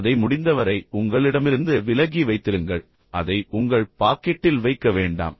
அதை முடிந்தவரை உங்களிடமிருந்து விலகி வைத்திருங்கள் அதை உங்கள் பாக்கெட்டில் வைக்க வேண்டாம்